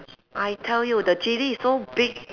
I tell you the chilli is so big